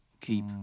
keep